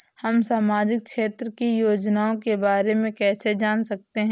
हम सामाजिक क्षेत्र की योजनाओं के बारे में कैसे जान सकते हैं?